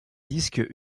disques